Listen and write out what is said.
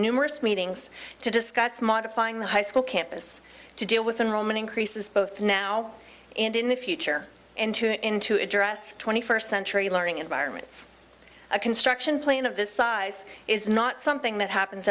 numerous meetings to discuss modifying the high school campus to deal with enrollment increases both now and in the future and tune in to address twenty first century learning environments a construction plan of this size is not something that happens